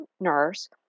nurse